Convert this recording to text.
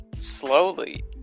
slowly